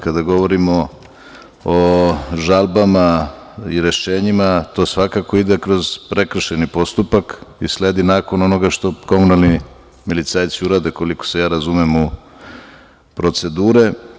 Kada govorimo o žalbama i rešenjima, to svakako ide kroz prekršajni postupak isledi nakon onoga što komunalni milicajci urade, koliko se ja razumem u procedure.